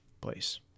place